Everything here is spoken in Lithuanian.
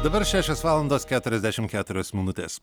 dabar šešios valandos keturiasdešim keturios minutės